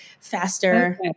faster